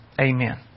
Amen